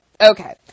Okay